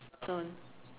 stone